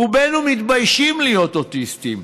רובנו מתביישים להיות אוטיסטים.